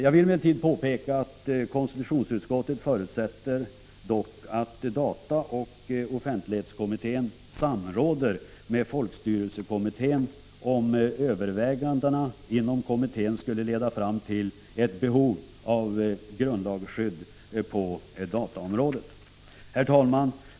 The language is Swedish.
Jag vill emellertid påpeka att konstitutionsutskottet förutsätter att dataoch offentlighetskommittén samråder med folkstyrelsekommittén om övervägandena inom kommittén skulle leda fram till ett behov av grundlagsskydd på dataområdet. Herr talman!